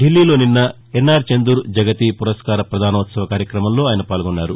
ధిల్లీలో నిన్న ఎన్ఆర్ చందూర్ జగతి పురస్కార పదానోత్సవ కార్యక్రమంలో ఆయన పాల్గొన్నారు